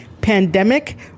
pandemic